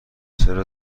چرا